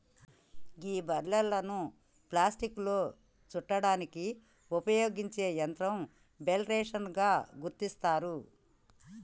గీ బలేర్లను ప్లాస్టిక్లో సుట్టడానికి ఉపయోగించే యంత్రం బెల్ రేపర్ గా గుర్తించారు